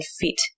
fit